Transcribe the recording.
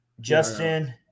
Justin